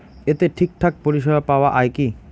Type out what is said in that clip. এতে ঠিকঠাক পরিষেবা পাওয়া য়ায় কি?